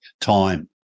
time